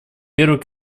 первый